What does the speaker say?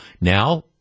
now